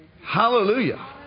Hallelujah